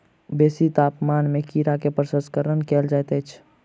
बेसी तापमान में कीड़ा के प्रसंस्करण कयल जाइत अछि